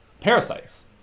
parasites